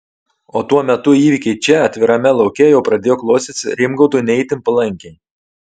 o tuo metu įvykiai čia atvirame lauke jau pradėjo klostytis rimgaudui ne itin palankiai